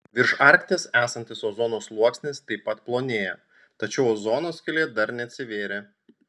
virš arkties esantis ozono sluoksnis taip pat plonėja tačiau ozono skylė dar neatsivėrė